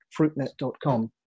fruitnet.com